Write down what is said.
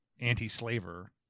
anti-slaver